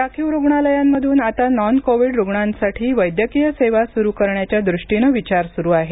राखीव रूग्णालयांमधून आता नॉन कोविड रूग्णांसाठी वैद्यकीय सेवा सुरू करण्याच्या दृष्टीने विचार सुरू आहे